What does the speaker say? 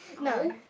No